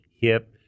hip